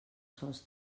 sols